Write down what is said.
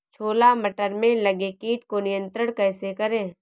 छोला मटर में लगे कीट को नियंत्रण कैसे करें?